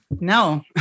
No